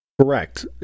Correct